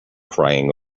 crying